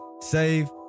save